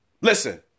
Listen